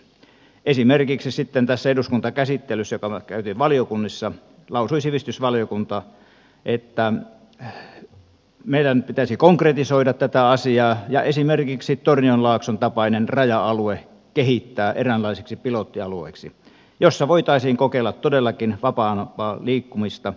esimerkiksi sitten tässä eduskuntakäsittelyssä joka käytiin valiokunnissa lausui sivistysvaliokunta että meidän pitäisi konkretisoida tätä asiaa ja esimerkiksi tornionlaakson tapainen raja alue kehittää eräänlaiseksi pilottialueeksi jossa voitaisiin kokeilla todellakin vapaampaa liikkumista